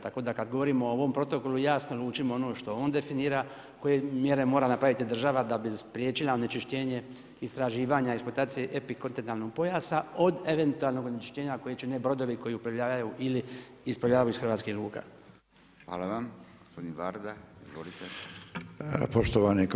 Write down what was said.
Tako da kad govorimo o ovom protokolu jasno lučimo ono što on definira, koje mjere mora napraviti država da bi spriječila onečišćenje, istraživanja, eksploatacije epikontinentalnog pojasa od eventualnog onečišćenja koje će brodovi koji uplovljavaju ili isplovljavaju iz hrvatskih luka.